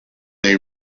day